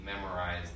memorized